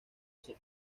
sus